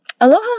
aloha